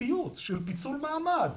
סיוט של פיצול מעמד.